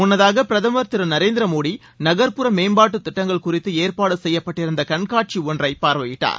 முன்னதாக பிரதம் திரு நரேந்திர மோடி நகர்புற மேம்பாட்டு திட்டங்கள் குறித்து ஏற்பாடு செய்யப்பட்டிருந்த கண்காட்சி ஒன்றை பார்வையிட்டார்